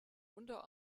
unter